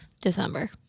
December